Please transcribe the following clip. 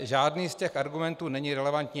Žádný z těch argumentů není relevantní.